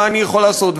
מה אני יכול לעשות,